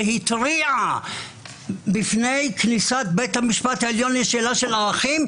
שהתריע בפני בית המשפט העליון בשאלת ערכים,